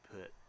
put